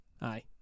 Aye